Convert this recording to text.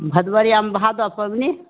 भदबरियामे भादब पाबनि